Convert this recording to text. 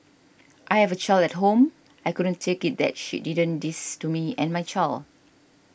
I have a child at home I couldn't take it that she didn't this to me and my child